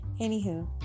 Anywho